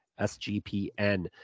SGPN